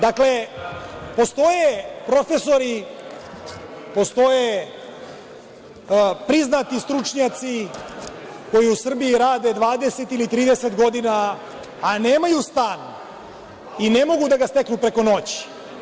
Dakle, postoje profesori, postoje priznati stručnjaci koji su Srbiji rade 20 ili 30 godina, a nemaju stan i ne mogu da ga steknu preko noći.